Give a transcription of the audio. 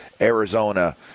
Arizona